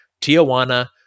Tijuana